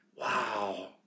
Wow